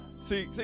See